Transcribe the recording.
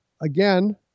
again